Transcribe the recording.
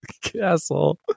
castle